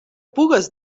pugues